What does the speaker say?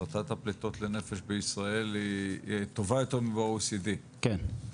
הפחתת הפליטות בישראל היא טובה יותר מב- OECE. כן,